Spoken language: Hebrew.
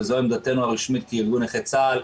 וזו עמדתנו הרשמית כארגון נכי צה"ל,